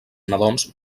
nadons